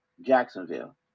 Jacksonville